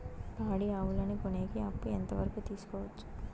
పాడి ఆవులని కొనేకి అప్పు ఎంత వరకు తీసుకోవచ్చు?